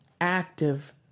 active